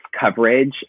coverage